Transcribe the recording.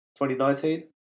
2019